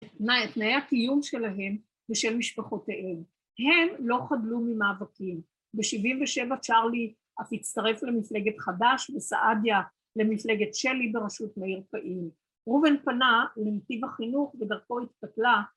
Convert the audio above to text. ‫תנאי הקיום שלהם ושל משפחותיהם. ‫הם לא חדלו ממאבקים. ‫ב-77' צ'רלי אף הצטרף למפלגת חדש ‫וסעדיה למפלגת שלי בראשות מאיר פעימי. ‫רובן פנה לנתיב החינוך ‫ודרכו התפתלה.